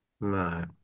No